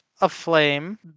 aflame